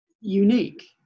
unique